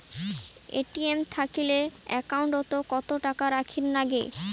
ATM থাকিলে account ওত কত টাকা রাখীর নাগে?